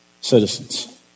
citizens